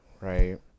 right